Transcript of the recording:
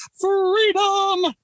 freedom